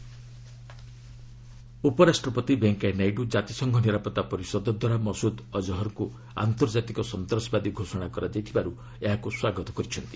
VP Masood Azhar ଉପରାଷ୍ଟ୍ରପତି ଭେଙ୍କେୟା ନାଇଡୁ କାତିସଂଘ ନିରାପତ୍ତା ପରିଷଦ ଦ୍ୱାରା ମସୁଦ ଅଜ୍ଞହରଙ୍କୁ ଆନ୍ତର୍ଜାତିକ ସନ୍ତାସବାଦୀ ଘୋଷଣା କରାଯାଇଥିବାରୁ ଏହାକୁ ସ୍ୱାଗତ କରିଛନ୍ତି